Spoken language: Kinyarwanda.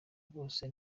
bose